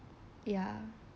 ya